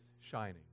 shining